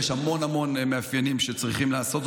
יש הרבה מאפיינים שצריך לעשות,